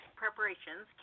preparations